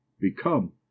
become